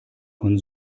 von